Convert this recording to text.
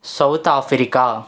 South Africa